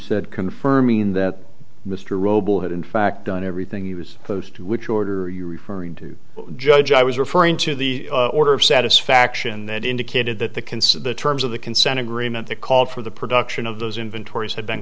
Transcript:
said confirming that mr robel had in fact done everything he was close to which order are you referring to judge i was referring to the order of satisfaction that indicated that the concern the terms of the consent agreement that called for the production of those inventories had been